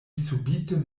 subite